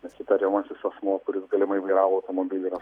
nes įtariamasis asmuo kuris galimai vairavo automobilį yra